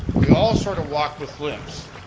we all sort of walk with limps.